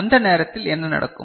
அந்த நேரத்தில் என்ன நடக்கும்